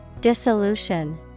Dissolution